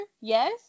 yes